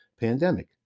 pandemic